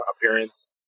appearance